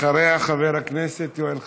אחריה, חבר הכנסת יואל חסון,